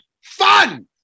Fun